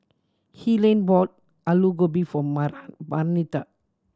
Helaine bought Alu Gobi for Marnita